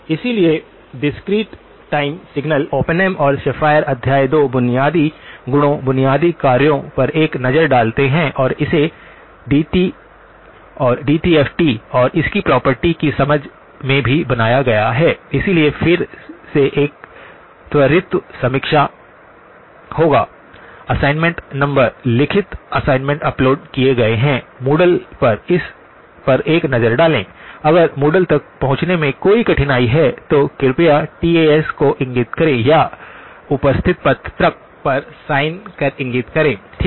इसलिए discrete time signal Oppenheim और Schafer अध्याय 2 बुनियादी गुणों बुनियादी कार्यों पर एक नज़र डालते हैं और इसे डीटीएफटी और इसकी प्रॉपर्टी की समझ में भी बनाया गया है इसलिए फिर से एक त्वरित समीक्षा होगा असाइनमेंट नंबर लिखित असाइनमेंट अपलोड किए गए हैं मूडल पर एक नज़र डालें अगर मूडल तक पहुंचने में कोई कठिनाई है तो कृपया टी ऐ को इंगित करें या उपस्थिति पत्रक पर साइन पर इंगित करें ठीक है